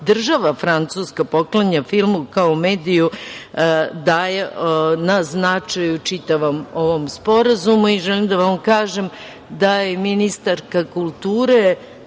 država Francuska poklanja filmu kao mediju, daje na značaju čitavom ovom Sporazumu. Želim da vam kažem da je ministarka kulture